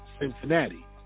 Cincinnati